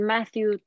Matthew